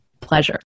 pleasure